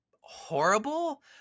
horrible